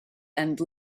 and